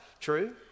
True